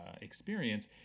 experience